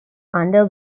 under